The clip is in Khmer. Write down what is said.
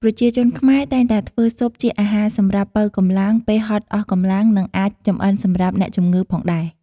ប្រជាជនខ្មែរតែងតែធ្វើស៊ុបជាអាហារសម្រាប់ប៉ូវកម្លាំង ពេលហត់អស់កម្លាំងនិងអាចចម្អិនសម្រាប់អ្នកជំងឺផងដែរ។